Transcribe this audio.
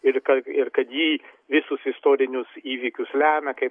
ir kal ir kad ji visus istorinius įvykius lemia kaip